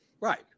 Right